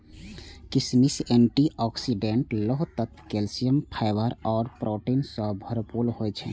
किशमिश antioxidant, लोह तत्व, कैल्सियम, फाइबर आ प्रोटीन सं भरपूर होइ छै